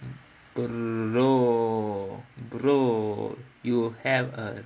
glow grow you have a